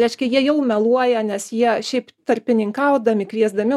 reiškia jie jau meluoja nes jie šiaip tarpininkaudami kviesdami